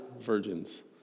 virgins